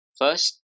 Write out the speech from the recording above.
First